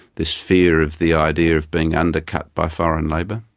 this fear of the idea of being undercut by foreign labour.